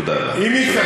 תודה לך.